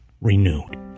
renewed